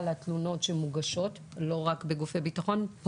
התלונות שמוגשות; לא רק בגופי ביטחון.